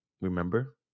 Remember